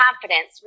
confidence